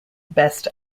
best